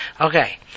Okay